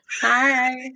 hi